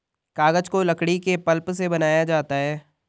कागज को लकड़ी के पल्प से बनाया जाता है